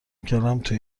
میکردم، تو